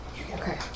Okay